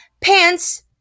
Pants